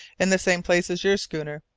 in the same place as your schooner.